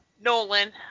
Nolan